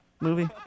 movie